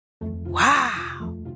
Wow